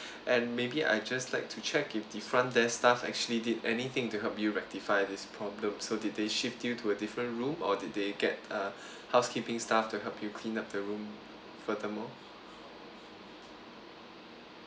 and maybe I just like to check if the front desk staff actually did anything to help you rectify this problem so did they shift you to a different room or did they get uh housekeeping staff to help you clean up the room further more